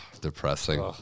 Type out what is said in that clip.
depressing